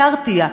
להתריע,